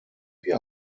wir